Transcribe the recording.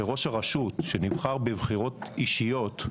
שראש הרשות שנבחר בבחירות אישיות,